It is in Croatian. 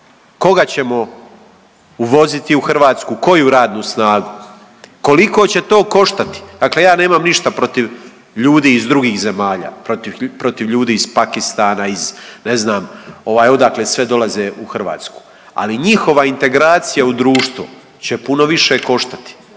koga ćemo uvoziti u Hrvatsku? Koju radnu snagu? Koliko će to koštati? Dakle, ja nemam ništa protiv ljudi iz drugih zemalja, protiv ljudi iz Pakistana, iz ne znam odakle sve dolaze u Hrvatsku. Ali njihova integracija u društvo će puno više koštati,